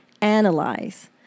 analyze